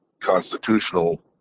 constitutional